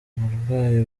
uburwayi